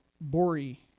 Bori